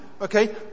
okay